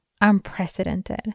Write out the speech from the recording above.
unprecedented